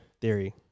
theory